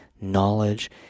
knowledge